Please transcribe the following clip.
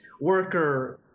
worker